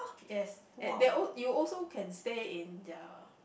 yes there there al~ you also can stay in their